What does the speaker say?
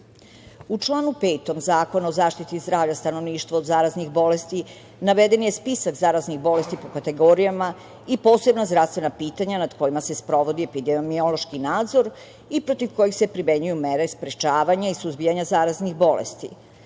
U članu 5. Zakona o zaštiti zdravlja stanovništva od zaraznih bolesti naveden je spisak zaraznih bolesti po kategorijama i posebna zdravstvena pitanja nad kojima se sprovodi epidemiološki nadzor i protiv kojih se primenjuju mere i sprečavanje i suzbijanja zaraznih bolesti.